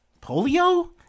polio